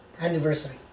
anniversary